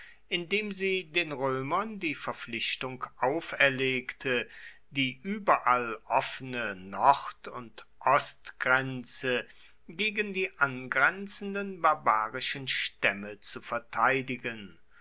indem sie den römern die verpflichtung auferlegte die überall offene nord und ostgrenze gegen die angrenzenden barbarischen stämme zu verteidigen